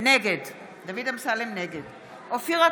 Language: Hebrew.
נגד אופיר אקוניס,